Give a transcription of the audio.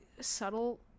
subtle